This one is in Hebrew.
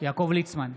יעקב ליצמן,